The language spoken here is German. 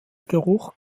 geruch